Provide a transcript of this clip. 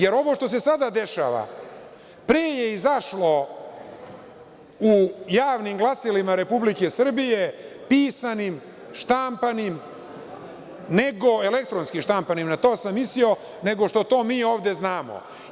Jer ovo što se sada dešava pre je izašlo u javnim glasilima Republike Srbije, pisanim, štampanim, elektronski štampanim, na to sam mislio, nego što to mi ovde znamo.